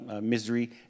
misery